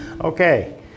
Okay